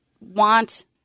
want